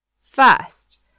First